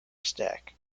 stack